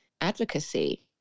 advocacy